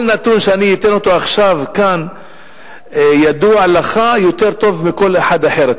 כל נתון שאני אתן עכשיו כאן ידוע לך יותר טוב מלכל אחד אחר.